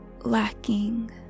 lacking